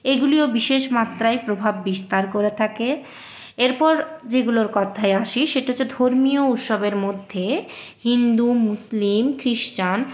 এইগুলিও বিশেষ মাত্রায় প্রভাব বিস্তার করে থাকে এরপর যেগুলোর কথায় আসি সেটা হল ধর্মীয় উৎসবের মধ্যে হিন্দু মুসলিম খ্রিশ্চান